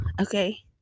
okay